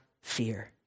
fear